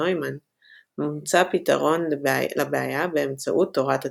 נוימן מוצע פתרון לבעיה באמצעות תורת הטיפוסים.